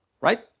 right